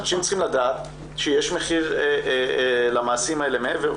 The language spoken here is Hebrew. אנשים צריכים לדעת שיש מחיר למעשים האלה מעבר,